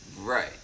Right